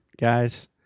guys